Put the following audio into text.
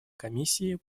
комиссии